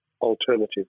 alternative